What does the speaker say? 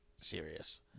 serious